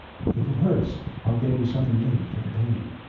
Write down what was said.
if it hurts i'll get you something later for the pain.